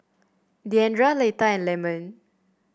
Deandra Leitha and Lemon